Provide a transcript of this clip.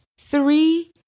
Three